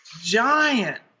giant